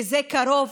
וזה קרוב,